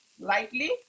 lightly